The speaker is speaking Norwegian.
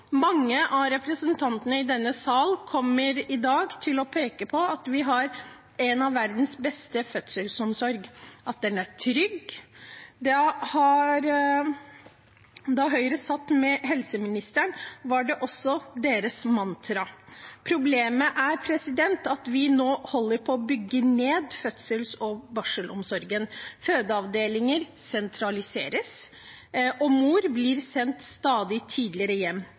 Mange av representantene i denne sal kommer i dag til å peke på at vi har en fødselsomsorg som er en av verdens beste, at den er trygg. Da Høyre satt med helseministeren, var det også deres mantra. Problemet er at vi nå holder på å bygge ned fødsels- og barselomsorgen. Fødeavdelinger sentraliseres, og mor blir sendt stadig tidligere hjem